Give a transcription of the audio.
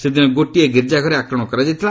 ସେଦିନ ଗୋଟିଏ ଗୀର୍ଜାଘରେ ଆକ୍ରମଣ କରାଯାଇଥିଲା